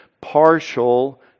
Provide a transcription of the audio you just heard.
partial